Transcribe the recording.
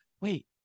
wait